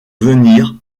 venir